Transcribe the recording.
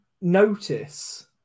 notice